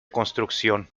construcción